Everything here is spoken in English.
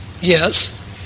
Yes